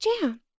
jam